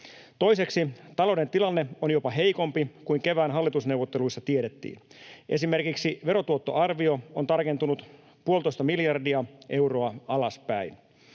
Toiseksi, talouden tilanne on jopa heikompi kuin kevään hallitusneuvotteluissa tiedettiin. Esimerkiksi verotuottoarvio on tarkentunut puolitoista miljardia euroa alaspäin.